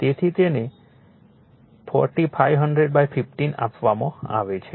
તેથી તેને 450015 આપવામાં આવે છે